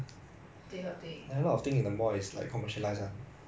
but I guess like 租金很贵也是 lor so